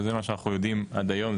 שזה מה שאנחנו יודעים עד היום,